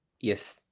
Yes